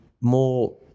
more